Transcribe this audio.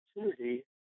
opportunity